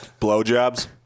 blowjobs